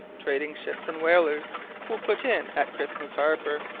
trading ships and whalers will put in at christmas harbour,